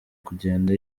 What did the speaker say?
kugenda